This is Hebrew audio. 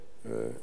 בין השאר הוא